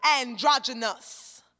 androgynous